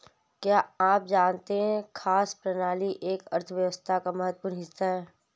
क्या आप जानते है खाद्य प्रणाली एक अर्थव्यवस्था का महत्वपूर्ण हिस्सा है?